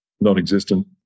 non-existent